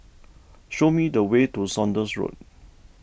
show me the way to Saunders Road